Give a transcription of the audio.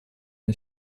den